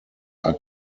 are